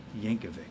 Yankovic